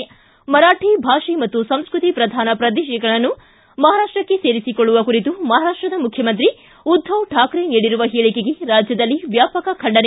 ಿ ಮರಾಠಿ ಭಾಷೆ ಮತ್ತು ಸಂಸ್ಕೃತಿ ಪ್ರಧಾನ ಪ್ರದೇಶಗಳನ್ನು ಮಹಾರಾಷ್ಟಕ್ಕೆ ಸೇರಿಸಿಕೊಳ್ಳುವ ಕುರಿತು ಮಹಾರಾಷ್ಟದ ಮುಖ್ಯಮಂತ್ರಿ ಉದ್ಧವ್ ಠಾಕ್ರೆ ನೀಡಿರುವ ಹೇಳಿಕೆಗೆ ರಾಜ್ಯದಲ್ಲಿ ವ್ಯಾಪಕ ಖಂಡನೆ